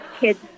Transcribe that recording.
kids